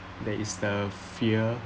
that is the fear